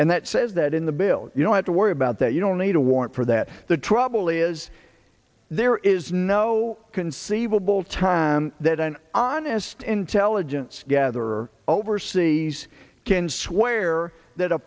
and that says that in the bill you don't have to worry about that you don't need a warrant for that the trouble is there is no conceivable time that an honest intelligence gatherer overseas can swear that a